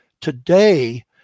today